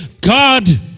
God